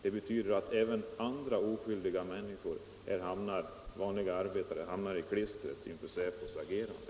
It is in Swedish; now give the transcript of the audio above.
Det betyder att även andra, oskyldiga människor som vanliga arbetare råkar i klistret på grund av Säpos agerande.